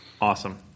awesome